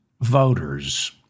voters